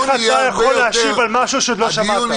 איך אתה יכול להשיב על משהו שעוד לא שמעת?